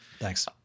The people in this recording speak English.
Thanks